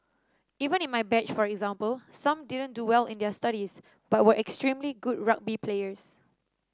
even in my batch for example some didn't do well in their studies but were extremely good rugby players